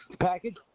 Package